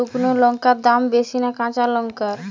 শুক্নো লঙ্কার দাম বেশি না কাঁচা লঙ্কার?